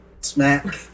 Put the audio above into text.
Smack